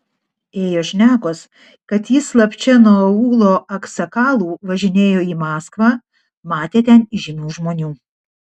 ėjo šnekos kad jis slapčia nuo aūlo aksakalų važinėjo į maskvą matė ten įžymių žmonių